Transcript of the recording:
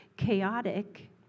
chaotic